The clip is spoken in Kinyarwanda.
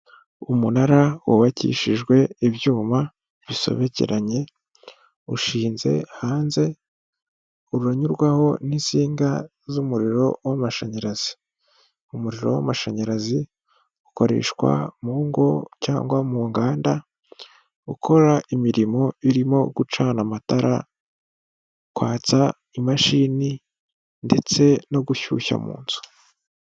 Umunara wubakishijwe ibyuma bisobekeranye, ushinze hanze unyurwaho n'insinga z'umuriro w'amashanyarazi. Umuriro w'amashanyarazi ukoreshwa mu ngo, cyangwa mu nganda, ukora imirimo irimo gucana amatara, kwatsa imashini ndetse no gushyushya mu nzu.